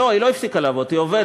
לא, היא לא הפסיקה לעבוד, היא עובדת.